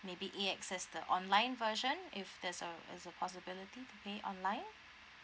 maybe A_X_S the online version if there's a there's a possibility to pay online